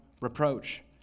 reproach